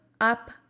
up